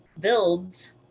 builds